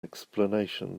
explanation